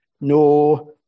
no